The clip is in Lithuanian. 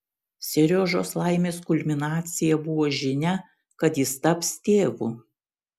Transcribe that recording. seriožos laimės kulminacija buvo žinia kad jis taps tėvu